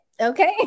Okay